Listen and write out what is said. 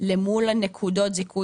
במחשב